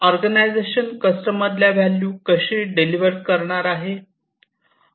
organisation कस्टमरला value कशी deliver करणार आहे